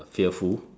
fearful